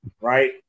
Right